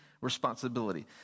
responsibility